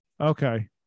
Okay